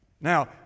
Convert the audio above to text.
Now